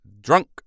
drunk